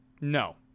No